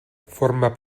forma